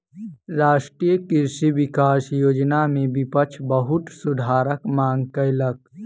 राष्ट्रीय कृषि विकास योजना में विपक्ष बहुत सुधारक मांग कयलक